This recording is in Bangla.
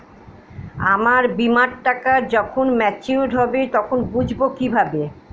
আমার বীমার টাকা যখন মেচিওড হবে তখন বুঝবো কিভাবে?